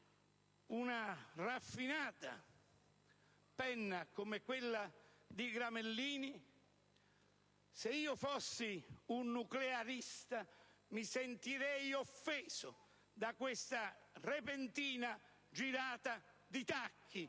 una raffinata penna come quella di Gramellini, se io fossi un nuclearista mi sentirei seccato da questa repentina girata di tacchi